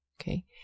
Okay